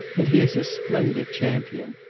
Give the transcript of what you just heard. and he is a splendid champion.